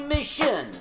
Mission